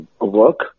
work